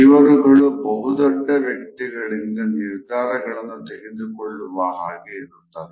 ಇವರುಗಳು ಬಹು ದೊಡ್ಡ ವ್ಯಕ್ತಿಗಳಿಂದ ನಿರ್ಧಾರಗಳನ್ನು ತೆಗೆದುಕೊಳ್ಳುವ ಹಾಗೆ ಇರುತ್ತದೆ